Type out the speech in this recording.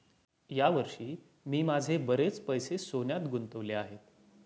या वर्षी मी माझे बरेच पैसे सोन्यात गुंतवले आहेत